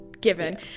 given